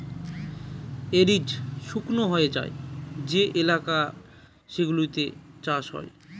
arid শুকনো হয়ে যায় যে এলাকা সেগুলোতে চাষ হয়